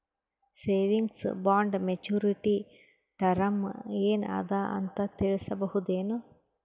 Savings bond maturity term ಏನ ಅದ ಅಂತ ತಿಳಸಬಹುದೇನು?